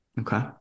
Okay